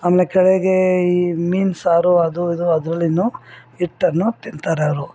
ಆಮೇಲೆ ಕಡೆಗೇ ಈ ಮೀನು ಸಾರು ಅದು ಇದು ಅದ್ರಲ್ಲಿ ಹಿಟ್ಟನ್ನು ತಿಂತಾರೆ ಅವರು